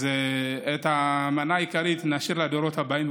את המנה העיקרית נשאיר לדורות הבאים,